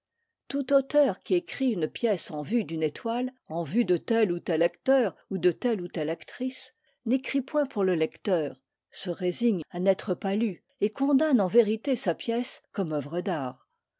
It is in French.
tout auteur qui écrit une pièce en vue d'une étoile en vue de tel ou tel acteur ou de telle ou telle actrice n'écrit point pour le lecteur se résigne à n'être pas lu et condamne en vérité sa pièce comme œuvre d'art